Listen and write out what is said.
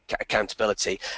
Accountability